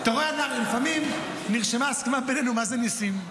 אתה רואה, לפעמים נרשמת הסכמה בינינו מה הם ניסים.